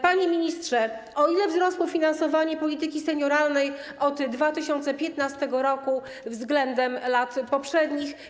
Panie ministrze, o ile wzrosło finansowanie polityki senioralnej od 2015 r. względem lat poprzednich?